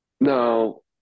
No